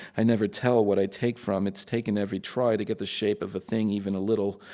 i never tell what i take from. it's taken every try to get the shape of a thing even a little.